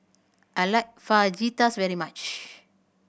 I like Fajitas very much